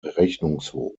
rechnungshof